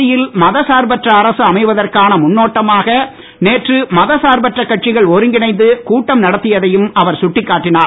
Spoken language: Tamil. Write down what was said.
மத்தியில் மதசார்பற்ற அரசு அமைவதற்கான முன்னோட்டமாக நேற்று மதசார்பற்ற கட்சிகள் ஒருங்கிணைந்து கூட்டம் நடத்தியதையும் அவர் சுட்டிக்காட்டினார்